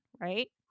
right